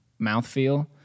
mouthfeel